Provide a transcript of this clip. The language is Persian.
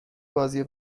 بازی